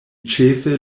ĉefe